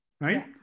right